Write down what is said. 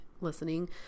listening